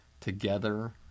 Together